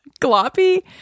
Gloppy